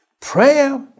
Prayer